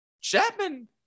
Chapman